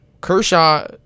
Kershaw